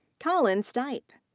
collin stipe.